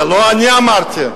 זה לא אני אמרתי,